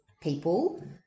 people